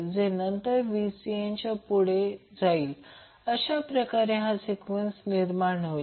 जे नंतर Vcn च्या पुढे जाईल अशाप्रकारे हा सिक्वेन्स निर्माण होईल